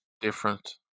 different